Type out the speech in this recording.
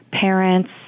parents